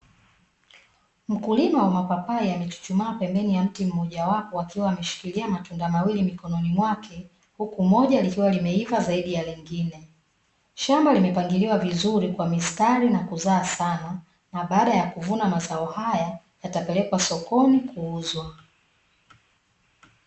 Mkulima wa mapapai amechuchumaa pembeni ya mti mojawapo, akiwa ameshikilia matunda mawili mikononi mwake, huku moja likiwa limeiva zaidi ya lingine. Shamba limepangiliwa vizuri kwa mistari na kuzaa sana. Baada ya kuvuna mazao haya yatapelekwa sokoni na kuuzwa.